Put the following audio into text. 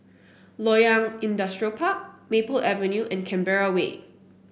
Loyang Industrial Park Maple Avenue and Canberra Way